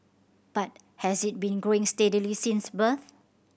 but has it been growing steadily since birth